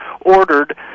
ordered